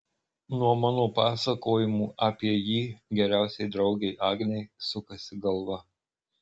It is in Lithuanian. nuo mano pasakojimų apie jį geriausiai draugei agnei sukasi galva